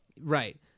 right